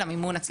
למימון הציבורי.